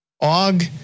Og